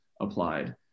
applied